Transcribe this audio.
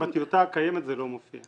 בטיוטה הקיימת זה לא מופיע.